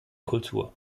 kultur